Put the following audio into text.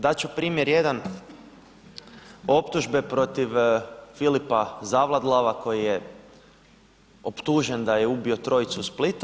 Dat ću primjer jedan optužbe protiv Filipa Zavadlava koji je optužen da je ubio trojicu u Splitu.